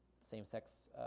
Same-sex